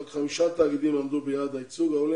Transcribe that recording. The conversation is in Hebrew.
רק חמישה תאגידים עמדו ביעד הייצוג.